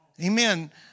Amen